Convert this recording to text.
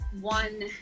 one